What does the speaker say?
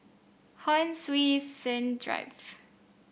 Hon Sui Sen Drive